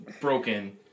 broken